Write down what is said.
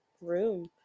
room